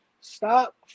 stop